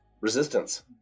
resistance